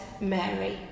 Mary